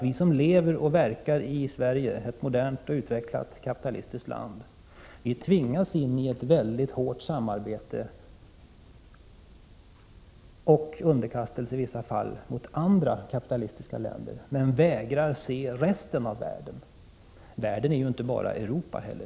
Vi som lever och verkar i Sverige, ett modernt och utvecklat kapitalistiskt land, tvingas in i ett mycket hårt samarbete och i vissa fall till underkastelse under andra kapitalistiska länder, men vi vägrar att se resten av världen. Världen är inte bara Europa.